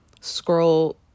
scroll